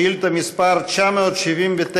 שאילתה מס' 979: